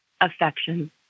affection